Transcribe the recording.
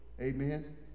Amen